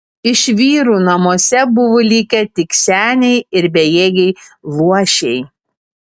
iš vyrų namuose buvo likę tik seniai ir bejėgiai luošiai